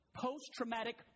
post-traumatic